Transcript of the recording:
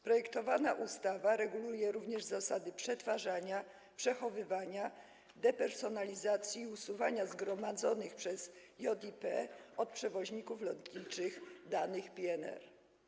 Projektowana ustawa reguluje również zasady przetwarzania, przechowywania, depersonalizacji i usuwania zgromadzonych przez JIP od przewoźników lotniczych danych PNR.